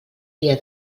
dia